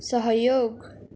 सहयोग